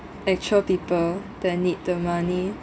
actual people that need the money